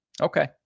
Okay